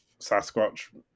Sasquatch